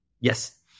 Yes